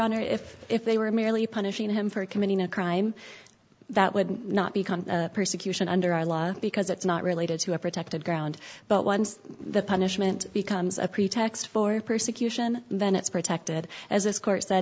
honor if if they were merely punishing him for committing a crime that would not become persecution under our law because it's not related to a protected ground but once the punishment becomes a pretext for persecution then it's protected as this court said